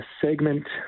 segment